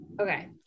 Okay